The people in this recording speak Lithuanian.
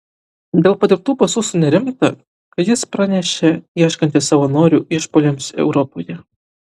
dėl padirbtų pasų sunerimta kai is pranešė ieškanti savanorių išpuoliams europoje